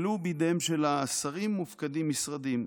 ואילו בידיהם של השרים מופקדים משרדים,